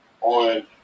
on